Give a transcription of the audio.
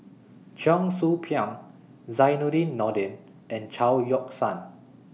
Cheong Soo Pieng Zainudin Nordin and Chao Yoke San